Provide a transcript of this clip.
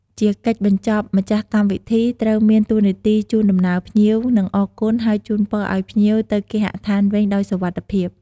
ជាកិច្ចបញ្ចប់ម្ចាស់កម្មវិធីត្រូវមានតួនាទីជូនដំណើរភ្ញៀវ និងអរគុណហើយជូនពរអោយភ្ញៀវទៅគេហដ្ឋានវិញដោយសុវត្ថិភាព។